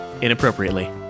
inappropriately